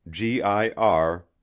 GIR